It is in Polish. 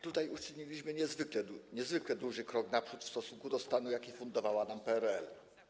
Tutaj uczyniliśmy niezwykle duży krok naprzód w stosunku do stanu, jaki fundowała nam PRL.